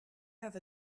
have